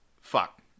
fuck